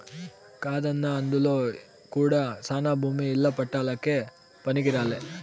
కాదన్నా అందులో కూడా శానా భూమి ఇల్ల పట్టాలకే పనికిరాలే